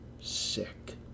sick